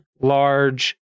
large